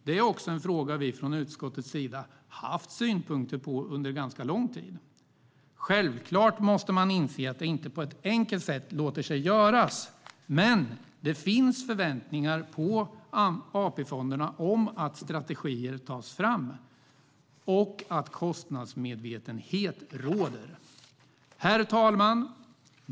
Det är också en fråga vi från utskottets sida haft synpunkter på under ganska lång tid. Självklart måste man inse att det inte på ett enkelt sätt låter sig göras. Men det finns förväntningar på AP-fonderna om att strategier tas fram och att kostnadsmedvetenhet råder. Herr talman!